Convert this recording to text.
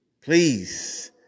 please